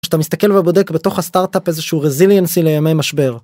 כשאתה מסתכל ובודק בתוך הסטארט-אפ איזשהו רזיליאנסי לימי משבר.